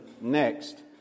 next